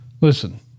Listen